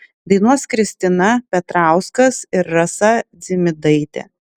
dainuos kristina petrauskas ir rasa dzimidaitė